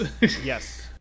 Yes